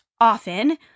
often